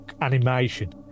animation